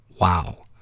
Wow